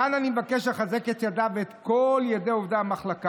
מכאן אני מבקש לחזק את ידיו ואת ידי כל עובדי המחלקה.